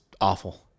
awful